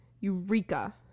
eureka